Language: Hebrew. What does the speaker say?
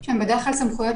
מקום.